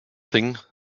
thing